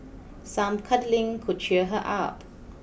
some cuddling could cheer her up